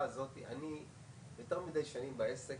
המשרד לביטון לאומי ומשרד המשפטים, אם תרצו לשמוע,